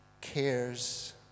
cares